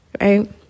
right